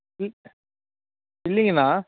இல் இல்லைங்கண்ணா